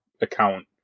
account